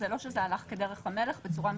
זה לא שזה הלך בדרך המלך בצורה מסודרת,